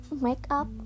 makeup